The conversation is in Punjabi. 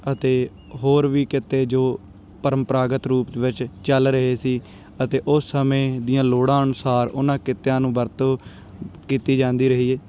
ਅਤੇ ਹੋਰ ਵੀ ਕਿਤੇ ਜੋ ਪਰੰਪਰਾਗਤ ਰੂਪ ਵਿੱਚ ਚੱਲ ਰਹੇ ਸੀ ਅਤੇ ਉਸ ਸਮੇਂ ਦੀਆਂ ਲੋੜਾਂ ਅਨੁਸਾਰ ਉਹਨਾਂ ਕਿੱਤਿਆਂ ਨੂੰ ਵਰਤੋਂ ਕੀਤੀ ਜਾਂਦੀ ਰਹੀ ਹੈ